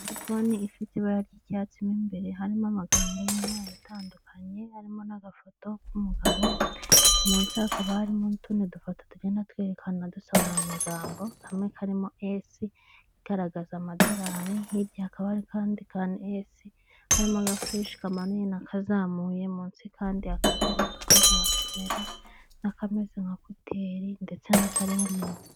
Terefone ifite ibara ry'icyatsi mo imbere harimo amagambo y'umweru atandukanye, harimo n'agafoto k'umugabo, munsi hakaba harimo n'utundi dufoto tugenda twerekana dusobanura amagambo, kamwe karimo esi igaragaza amadorari, hirya hakaba hari kandi ka esi, harimo agafureshe kamanuye n'akazamuye munsi kandi hakaba hariho akameze nka kamera, n'akameze nka kuteri ndetse n'akariho umuntu.